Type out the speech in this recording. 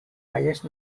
highest